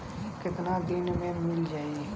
कितना दिन में मील जाई?